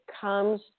comes